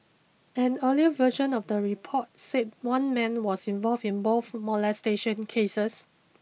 an earlier version of the report said one man was involved in both molestation cases